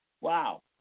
Wow